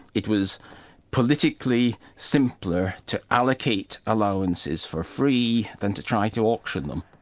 it was politically simpler to allocate allowances for free than to try to auction them.